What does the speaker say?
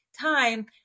time